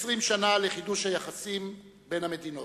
20 שנה לחידוש היחסים בין המדינות.